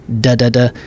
da-da-da